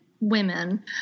women